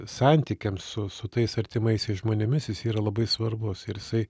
santykiams su su tais artimaisiais žmonėmis jis yra labai svarbus ir jisai